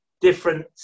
different